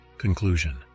Conclusion